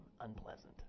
unpleasant